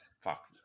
Fuck